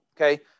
okay